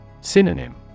Synonym